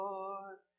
Lord